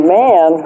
man